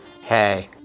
Hey